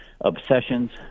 obsessions